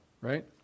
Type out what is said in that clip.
Right